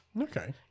Okay